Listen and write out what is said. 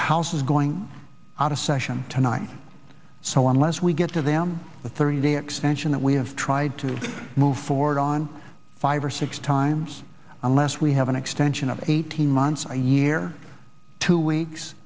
house is going out of session tonight so unless we get to them the thirty day extension that we have tried to move forward on five or six times unless we have an extension of eighteen months a year two weeks